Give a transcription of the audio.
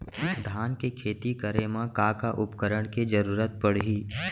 धान के खेती करे मा का का उपकरण के जरूरत पड़हि?